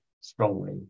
strongly